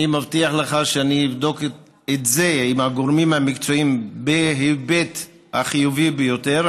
אני מבטיח לך שאבדוק את זה עם הגורמים המקצועיים בהיבט החיובי ביותר.